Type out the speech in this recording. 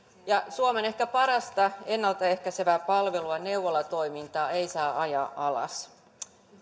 ja suomen ehkä parasta ennaltaehkäisevää palvelua neuvolatoimintaa ei saa ajaa alas